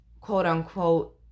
quote-unquote